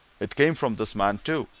it came from this man, too,